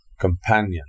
companion